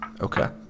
Okay